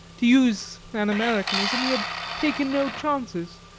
to use an americanism, he had taken no chances,